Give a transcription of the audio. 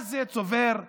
ואז זה צובר ריביות,